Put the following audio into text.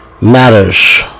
matters